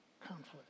Conflict